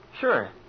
Sure